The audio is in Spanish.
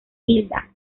hilda